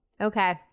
Okay